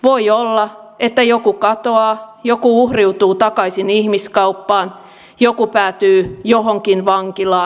voi olla että joku katoaa joku uhriutuu takaisin ihmiskauppaan joku päätyy johonkin vankilaan